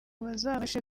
bazabashe